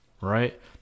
right